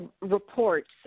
reports